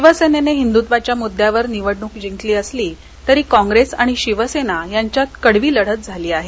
शिवसेनेने हिंदुत्वाच्या मुद्द्यावर निवडणूक जिंकली असली तरी काँप्रेस आणि शिवसेना यांच्यात कडवी लढत झाली आहे